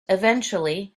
eventually